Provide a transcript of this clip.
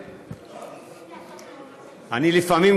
לפעמים,